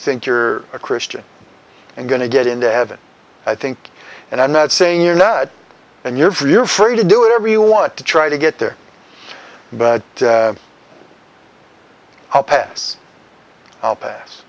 think you're a christian and going to get into heaven i think and i'm not saying you're nuts and you're for you're free to do whatever you want to try to get there but i'll pass i'll pass